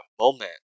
moment